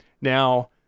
Now-